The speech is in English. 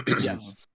Yes